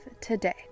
today